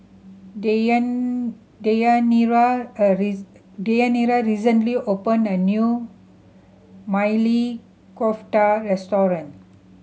Deyanira a Deyanira recently opened a new Maili Kofta Restaurant